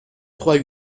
trois